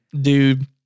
Dude